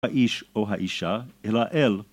האיש או האישה אל האל.